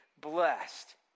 blessed